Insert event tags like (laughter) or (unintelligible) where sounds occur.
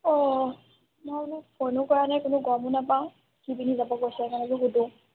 অঁ মই বোলো ফোনো কৰা নাই কোনো গমো নাপাওঁ কি পিন্ধি যাব কৈছে কাৰণে (unintelligible) সোধোঁ